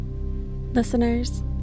Listeners